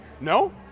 No